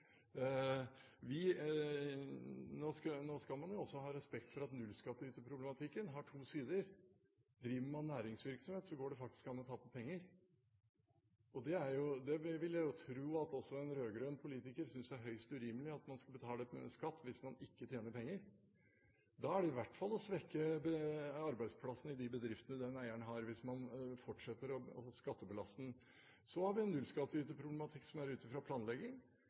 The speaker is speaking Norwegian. området. Nå skal man også ha respekt for at nullskatteyterproblematikken har to sider. Driver man næringsvirksomhet, går det faktisk an å tape penger. Jeg vil tro at også en rød-grønn politiker synes det er høyst urimelig at man skal betale skatt hvis man ikke tjener penger. Da er det i hvert fall å svekke arbeidsplassene i de bedriftene den eieren har, hvis man fortsetter å skattebelaste den. Så har vi en nullskatteyterproblematikk ut fra planlegging.